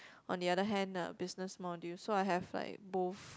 on the other hand uh business module so I have like both